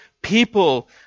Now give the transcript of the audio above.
people